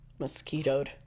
Mosquitoed